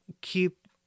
keep